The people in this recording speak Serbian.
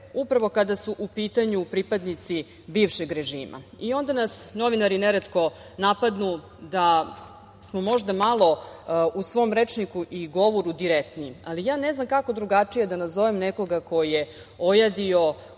upravo kada su u pitanju pripadnici bivšeg režima. Onda nas novinari neretko napadnu da smo možda malo u svom rečniku i govoru direktniji. Ali ja ne znam kako drugačije da nazovem nekoga ko je ojadio,